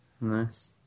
Nice